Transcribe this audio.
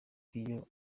iyo